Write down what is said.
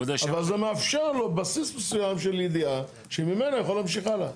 אבל זה מאפשר לו בסיס מסוים של ידיעה שממנו הוא יכול להמשיך הלאה.